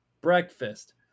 Breakfast